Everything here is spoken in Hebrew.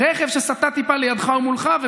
רכב סטה טיפה לידך או מולך,